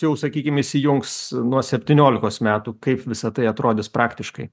jau sakykim įsijungs nuo septyniolikos metų kaip visa tai atrodys praktiškai